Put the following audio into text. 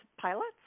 pilots